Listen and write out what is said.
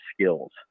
skills